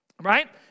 Right